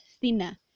thinner